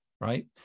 right